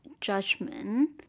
judgment